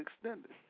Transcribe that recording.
extended